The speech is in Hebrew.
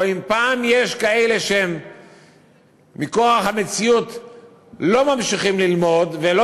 או אם יש כאלה שמכורח המציאות לא ממשיכים ללמוד ולא